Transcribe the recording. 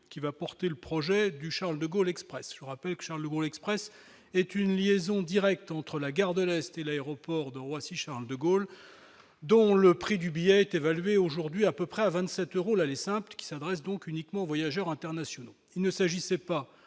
qui va porter le projet du Charles-de-Gaulle Express, je vous rappelle qu'Charles-de-Gaulle Express est une liaison directe entre la gare de l'Est et l'aéroport de Roissy-Charles-de-Gaulle, dont le prix du billet est évalué aujourd'hui à peu près à 27 euros l'aller simple qui s'adressent donc uniquement voyageurs internationaux, il ne s'agissait pas